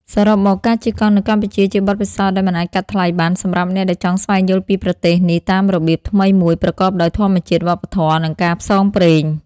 សរុបមក ការជិះកង់នៅកម្ពុជាជាបទពិសោធន៍ដែលមិនអាចកាត់ថ្លៃបានសម្រាប់អ្នកដែលចង់ស្វែងយល់ពីប្រទេសនេះតាមរបៀបថ្មីមួយប្រកបដោយធម្មជាតិ វប្បធម៌ និងការផ្សងព្រេង។